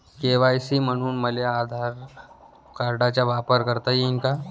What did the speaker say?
KYC म्हनून मले आधार कार्डाचा वापर करता येईन का?